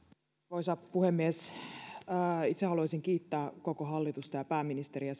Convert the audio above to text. arvoisa puhemies itse haluaisin kiittää koko hallitusta ja pääministeriä